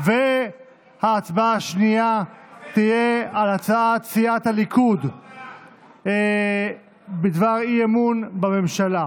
ההצבעה השנייה תהיה על הצעת סיעת הליכוד בדבר אי-אמון בממשלה.